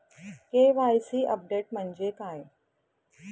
KYC update म्हणजे काय?